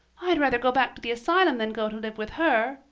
i'd rather go back to the asylum than go to live with her,